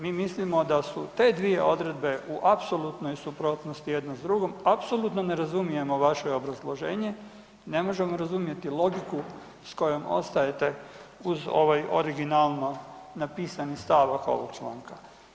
Mi mislimo da su te dvije odredbe u apsolutnoj suprotnosti jedna s drugom, apsolutno ne razumijemo vaše obrazloženje, ne možemo razumjeti logiku s kojom ostajete uz ovaj originalno napisani stavak ovog članka.